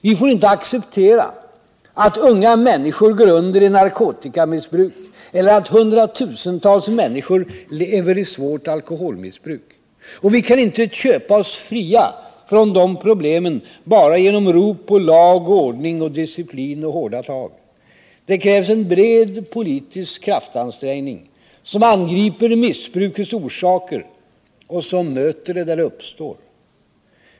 Vi får inte acceptera att unga människor går under i narkotikamissbruk eller att hundratusentals människor lever i svårt alkoholmissbruk. Och vi kan inte köpa oss fria från dessa problem bara genom rop på lag och ordning och disciplin och hårda tag. Det krävs en bred politisk kraftansträngning som angriper missbrukets orsaker och som möter missbruket där det uppstår.